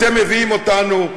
אתם מביאים אותנו,